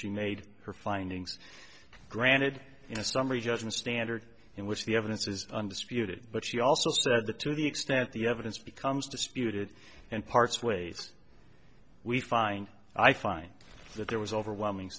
she made her findings granted in a summary judgment standard in which the evidence is undisputed but she also said that to the extent the evidence becomes disputed and parts ways we find i find that there was overwhelming